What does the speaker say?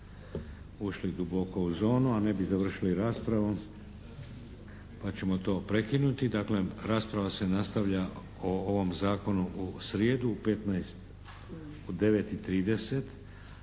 ušli duboko u zonu, a ne bi završili raspravu pa ćemo to prekinuti. Dakle, rasprava se nastavlja o ovom Zakonu u srijedu u 9 i 30.